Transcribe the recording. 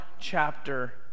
chapter